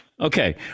Okay